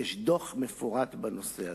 ויש דוח מפורט בנושא הזה.